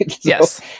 Yes